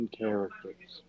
characters